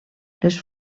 les